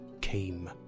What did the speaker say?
came